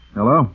Hello